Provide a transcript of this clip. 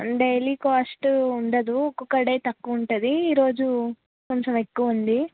daily cost ఉండదు ఒక్కొక్క day తక్కువ ఉంటుంది ఈరోజు కొంచెం ఎక్కువ ఉంది